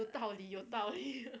有道理有道理